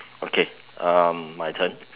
okay um my turn